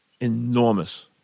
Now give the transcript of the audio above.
enormous